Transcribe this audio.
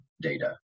data